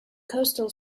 coastal